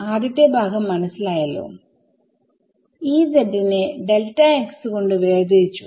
ആദ്യത്തെ ഭാഗം മനസ്സിലായല്ലോ നെ കൊണ്ട് വേർതിരിച്ചു